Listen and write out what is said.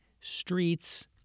streets